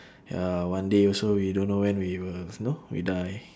ya one day also we don't know when we will you know we die